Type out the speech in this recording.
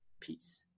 peace